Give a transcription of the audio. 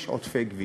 יש עודפי גבייה